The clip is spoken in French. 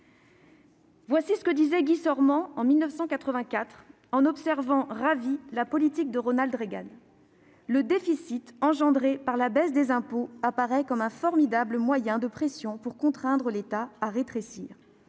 Voici ce que disait Guy Sorman en 1984, en observant, ravi, la politique de Ronald Reagan :« Le déficit engendré par la baisse des impôts apparaît comme un formidable moyen de pression pour contraindre l'État à rétrécir. »